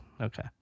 Okay